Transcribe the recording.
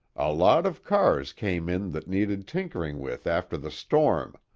a lot of cars came in that needed tinkering with after the storm,